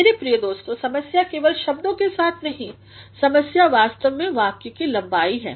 मेरे प्रिय दोस्तों समस्या केवल शब्दों के साथ नहीं समस्या वास्तव में वाक्य की लम्बाई है